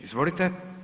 Izvolite.